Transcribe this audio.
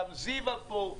גם זיוה פה.